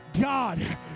God